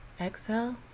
Exhale